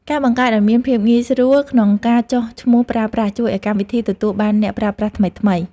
ការបង្កើតឱ្យមានភាពងាយស្រួលក្នុងការចុះឈ្មោះប្រើប្រាស់ ជួយឱ្យកម្មវិធីទទួលបានអ្នកប្រើប្រាស់ថ្មីៗ។